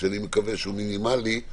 שאני מקווה שהוא מינימלי,